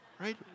right